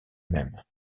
même